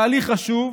תהליך חשוב,